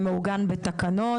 זה מעוגן בתקנות,